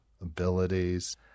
abilities –